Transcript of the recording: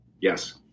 Yes